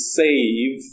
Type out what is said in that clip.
save